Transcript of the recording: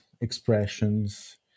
expressions